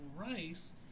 rice